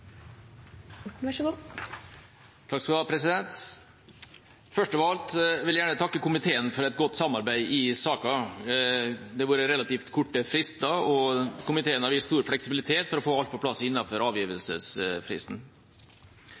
Først av alt vil jeg gjerne takke komiteen for et godt samarbeid i saka. Det har vært relativt korte frister, og komiteen har vist stor fleksibilitet for å få alt på plass innen avgivelsesfristen.